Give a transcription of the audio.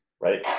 Right